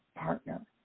partner